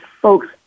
folks